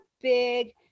big